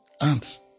ants